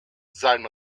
sein